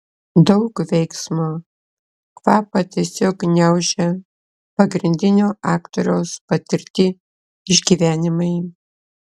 daug veiksmo kvapą tiesiog gniaužia pagrindinio aktoriaus patirti išgyvenimai